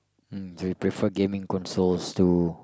mm they prefer gaming consoles to